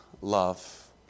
love